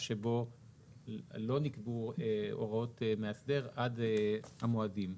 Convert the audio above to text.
כדי להגיד שזה לא נוגע לסלי העמלות וזה לא נוגע לתאריך התחילה,